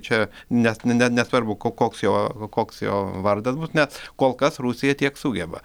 čia nes ne nesvarbu koks jo koks jo vardas nes kol kas rusija tiek sugeba